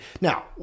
now